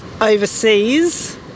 overseas